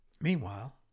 Meanwhile